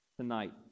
tonight